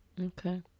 Okay